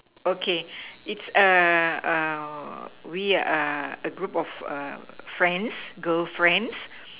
okay it's we are a group of a friends girlfriends